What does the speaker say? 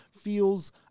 feels